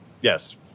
yes